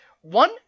one